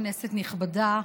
כנסת נכבדה,